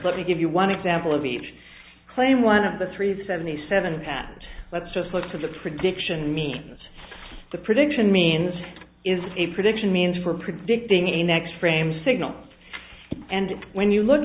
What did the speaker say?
let me give you one example of each claim one of the three seventy seven patent let's just look for the prediction means the prediction means is a prediction means for predicting a next frame signal and when you look